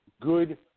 good